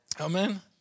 Amen